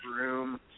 room